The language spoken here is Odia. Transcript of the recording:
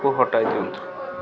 କୁ ହଟାଇ ଦିଅନ୍ତୁ